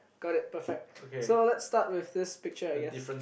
got it perfect so let's start with this picture I guess